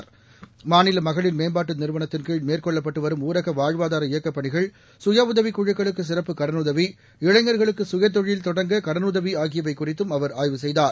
தமிழ்நாடு மகளிர் மேம்பாட்டு நிறுவளத்தின்கீழ் மேற்கொள்ளப்பட்டு வரும் ஊரக வாழ்வாதார இயக்கப் பணிகள் சுயஉதவிக் குழுக்களுக்கு சிறப்பு கடனுதவி இளைஞர்களுக்கு சுயதொழில் தொடங்க கடனுதவி ஆகியவை குறித்தும் அவர் ஆய்வு செய்தார்